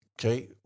Okay